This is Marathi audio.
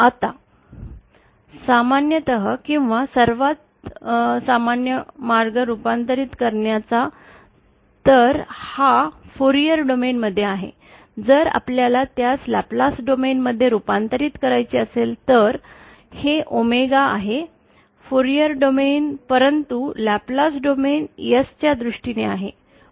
आता सामान्यतः किंवा सर्वात सामान्य मार्ग रूपांतरित करण्याचा तर हा फुरियर डोमेन मध्ये आहे जर आपल्याला त्यास लॅपलेस डोमेन मध्ये रूपांतरित करायचे असेल तर तर हे ओमेगा आहे फूरियर डोमेन परंतु लॅपलेस डोमेन S च्या दृष्टीने आहे